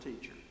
teacher